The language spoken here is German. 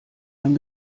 ein